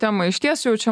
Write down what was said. temą išties jau čia